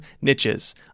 niches